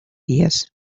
días